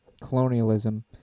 colonialism